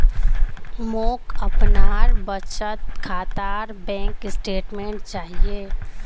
मोक अपनार बचत खातार बैंक स्टेटमेंट्स चाहिए